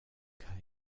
cut